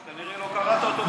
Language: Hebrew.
אתה כנראה לא קראת אותו היטב.